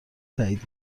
تایید